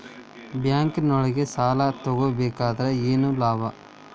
ಬ್ಯಾಂಕ್ನೊಳಗ್ ಸಾಲ ತಗೊಬೇಕಾದ್ರೆ ಏನ್ ಲಾಭ?